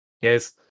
Yes